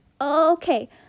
Okay